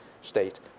state